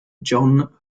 john